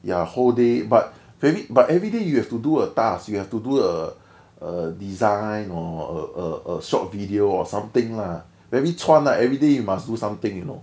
ya whole day but but everyday you have to do a task you have to do a a design or a a a short video or something lah very chuan lah everyday you must do something you know